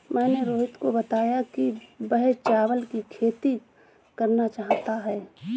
मैंने रोहित को बताया कि वह चावल की खेती करना चाहता है